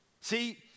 See